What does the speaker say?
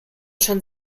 schon